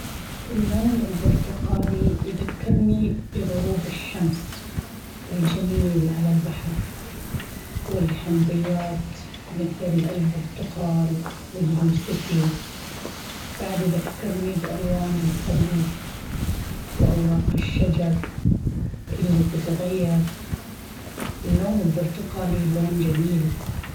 اللون البرتقالي يذكرني بغروب الشمس الجميل على البحر، والحمضيات مثل البرتقال واليوسفي. بعد يذكرني بألوان الخريف وأوراق الشجر اللي تتغير اللون البرتقالي لون جميل.